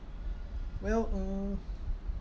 well mm